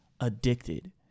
addicted